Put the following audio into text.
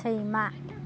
सैमा